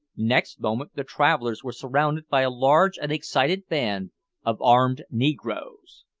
next moment the travellers were surrounded by a large and excited band of armed negroes.